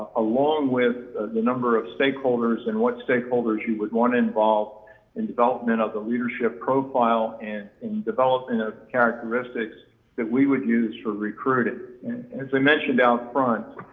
along with the number of stakeholders and what stakeholders you would want involved in development of the leadership profile and development of characteristics that we would use for recruiting. and as i mentioned out front,